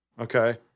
Okay